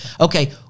okay